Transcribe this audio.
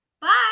Bye